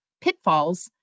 pitfalls